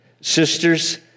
Sisters